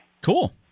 Cool